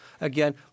Again